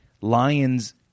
lions